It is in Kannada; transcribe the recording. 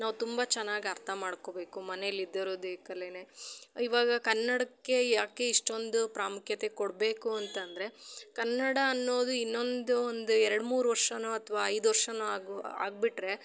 ನಾವು ತುಂಬ ಚೆನ್ನಾಗಿ ಅರ್ಥ ಮಾಡ್ಕೊಬೇಕು ಮನೆಲಿ ಇದ್ದೋರದ್ದು ಈ ಕಲೆನೆ ಇವಾಗ ಕನ್ನಡಕ್ಕೆ ಯಾಕೆ ಇಷ್ಟೊಂದು ಪ್ರಾಮುಖ್ಯತೆ ಕೊಡಬೇಕು ಅಂತಂದರೆ ಕನ್ನಡ ಅನ್ನೋದು ಇನ್ನೊಂದು ಒಂದು ಎರಡು ಮೂರು ವರ್ಷನೊ ಅಥವಾ ಐದು ವರ್ಷನೊ ಆಗೋ ಆಗಿಬಿಟ್ರೆ